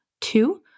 Two